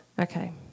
okay